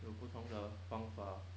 有不同的方法